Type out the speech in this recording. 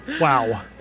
Wow